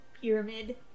pyramid